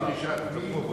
לפי דרישת מי?